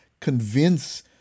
convince